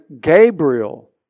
Gabriel